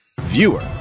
viewer